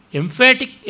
emphatic